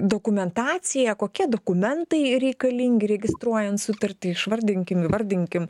dokumentaciją kokie dokumentai reikalingi registruojant sutartį išvardinkim įvardinkim